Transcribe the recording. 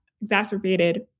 exacerbated